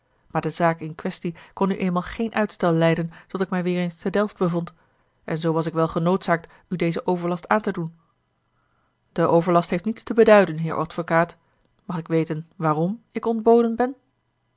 maar de zaak in quaestie kon nu eenmaal geen uitstel lijden tot ik mij weêr eens te delft bevond en zoo was ik wel genoodzaakt u dezen overlast aan te doen osboom oussaint e overlast heeft niets te beduiden heer advocaat mag ik weten waarom ik ontboden ben